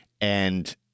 And-